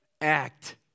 act